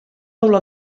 olor